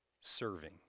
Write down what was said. serving